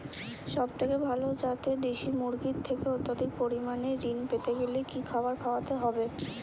সবথেকে ভালো যাতে দেশি মুরগির থেকে অত্যাধিক পরিমাণে ঋণ পেতে গেলে কি খাবার খাওয়াতে হবে?